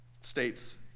states